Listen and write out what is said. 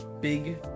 big